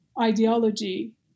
ideology